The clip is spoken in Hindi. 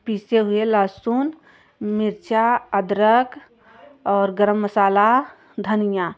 पीसेंगे लहसून मिर्चा अदरक और गरम मसाला धनिया